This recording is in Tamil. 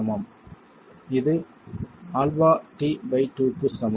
மாணவர் இது αt2க்கு சமமா